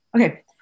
Okay